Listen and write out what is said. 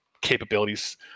capabilities